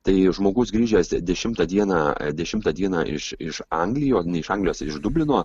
tai žmogus grįžęs dešimtą dieną dešimtą dieną iš iš anglijos ne iš anglijos iš dublino